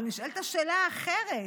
אבל נשאלת שאלה אחרת: